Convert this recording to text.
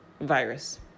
virus